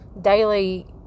daily